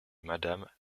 mme